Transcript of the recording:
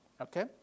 Okay